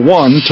one